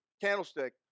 candlestick